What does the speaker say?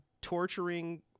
torturing